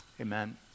Amen